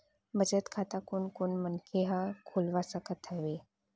बचत खाता कोन कोन मनखे ह खोलवा सकत हवे?